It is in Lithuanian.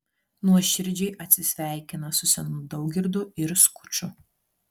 nuoširdžiai atsisveikina su senu daugirdu ir skuču